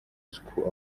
school